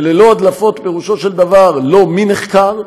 וללא הדלפות פירושו של דבר לא מי נחקר,